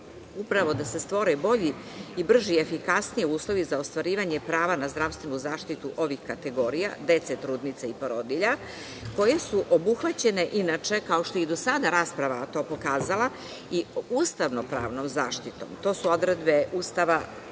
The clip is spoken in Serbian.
upravo da se stvore bolji, brži i efikasniji uslovi za ostvarivanje prava na zdravstvenu zaštitu ovih kategorija, dece, trudnica i porodilja, koje su obuhvaćene, inače, kao što je i do sada rasprava to pokazala, i ustavno-pravnom zaštitom. To su odredbe Ustava